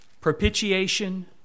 propitiation